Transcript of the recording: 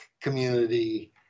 community